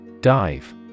Dive